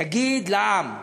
תגיד לעם: